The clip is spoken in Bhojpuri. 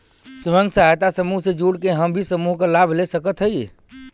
स्वयं सहायता समूह से जुड़ के हम भी समूह क लाभ ले सकत हई?